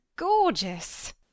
GORGEOUS